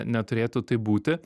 neturėtų taip būti